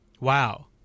Wow